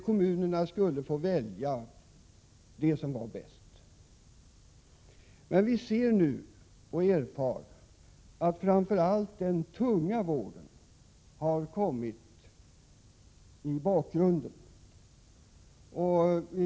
Kommunerna skulle få välja det som de ansåg vara bäst. Vi har nu erfarit att framför allt den tunga vården har kommit i bakgrunden.